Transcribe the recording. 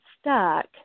stuck